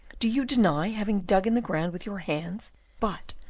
do you deny having dug in the ground with your hands but,